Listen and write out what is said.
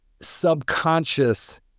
subconscious